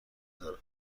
دارم